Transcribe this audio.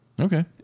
Okay